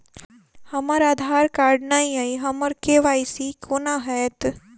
हमरा आधार कार्ड नै अई हम्मर के.वाई.सी कोना हैत?